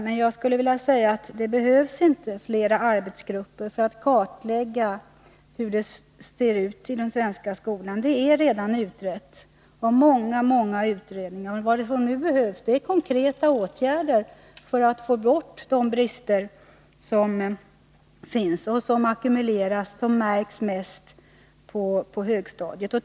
Men jag skulle vilja säga att det inte behövs flera arbetsgrupper för att kartlägga hur det ser ut i den svenska skolan. Det är redan utrett av många utredningar. Vad som nu behövs är konkreta åtgärder för att få bort de brister som finns, som ackumulerats och som märks mest på högstadiet.